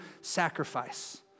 sacrifice